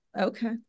Okay